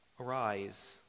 arise